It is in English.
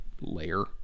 layer